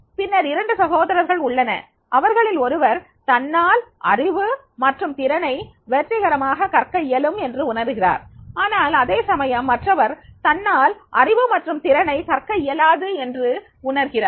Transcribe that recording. பின்னர் இரண்டு சகோதரர்கள் உள்ளனர் அவர்களில் ஒருவர் தன்னால் அறிவு மற்றும் திறனை வெற்றிகரமாக கற்க இயலும் என்று உணர்கிறார் ஆனால் அதேசமயம் மற்றவர் தன்னால் அறிவு மற்றும் திறனை கற்க இயலாது என்று உணர்கிறார்